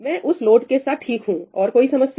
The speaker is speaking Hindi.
मैं उस लोड के साथ ठीक हूं और कोई समस्या